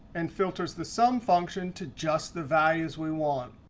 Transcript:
and filters the sum function to just the values we want.